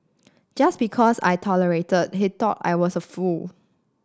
just because I tolerated he thought I was a fool